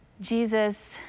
Jesus